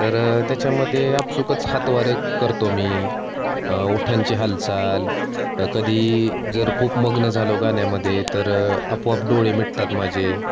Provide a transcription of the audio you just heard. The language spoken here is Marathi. तर त्याच्यामध्ये आपसुकच हातवारे करतो मी ओठांची हालचाल कधी जर खूप मग्न झालो गाण्यामध्ये तर आपोआप डोळे मिटतात माझे